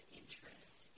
interest